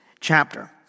chapter